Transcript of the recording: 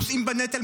נושאים בנטל,